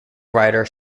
writer